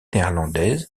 néerlandaise